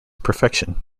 perfection